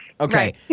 Okay